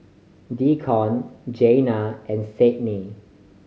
Deacon Jeana and Sadye